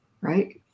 Right